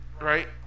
right